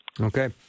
Okay